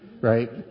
right